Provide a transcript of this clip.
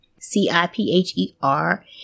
C-I-P-H-E-R